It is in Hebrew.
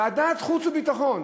ועדת חוץ וביטחון.